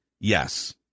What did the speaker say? Yes